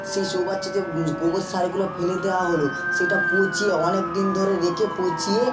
সেই চৌবাচ্চাটিয়ে গোবর সারগুলো ফেলে দেওয়া হলো সেটা পচিয়ে অনেক দিন ধরে রেখে পচিয়ে